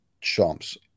chumps